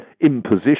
imposition